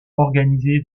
organisé